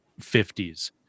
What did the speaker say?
50s